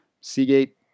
Seagate